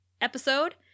episode